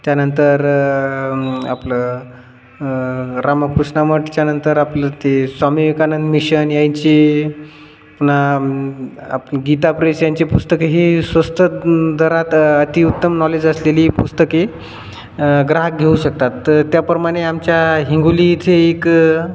त्यानंतर आपलं रामकृष्ण मठच्यानंतर आपलं ते स्वामी विवेकानंद मिशन यांची पुन्हा आपली गीता प्रेश यांची पुस्तकं ही स्वस्त दरात अतिउत्तम नॉलेज असलेली पुस्तके ग्राहक घेऊ शकतात तर त्याप्रमाणे आमच्या हिंगोली इथे एक